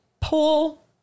pull